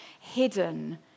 hidden